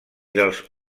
dels